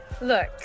Look